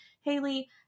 Haley